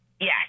Yes